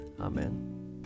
Amen